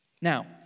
Now